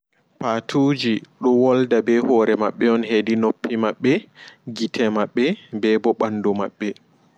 Paatuji ɗo wolda ɓe hoore maɓɓe on hedi noppi maɓɓe, giite maɓɓe, bee bo ɓanndu maɓɓe.